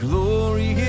Glory